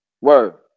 Word